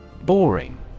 Boring